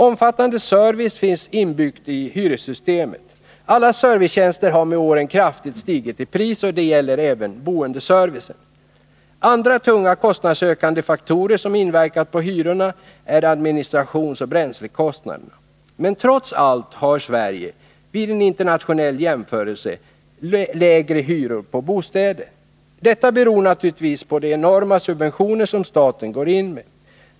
Omfattande service finns inbyggt i hyressystemet. Alla servicetjänster har med åren kraftigt stigit i pris, vilket även gäller boendeservicen. Andra tunga kostnadsökande faktorer som inverkat på hyrorna är administrationsoch bränslekostnaderna. Men trots allt har Sverige — vid en internationell jämförelse — lägre hyror på bostäder. Detta beror naturligtvis på de enorma subventioner staten går in med.